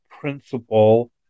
principle